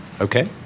Okay